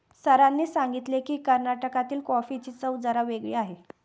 सरांनी सांगितले की, कर्नाटकातील कॉफीची चव जरा वेगळी आहे